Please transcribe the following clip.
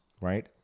right